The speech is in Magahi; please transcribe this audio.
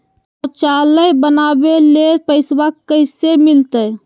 शौचालय बनावे ले पैसबा कैसे मिलते?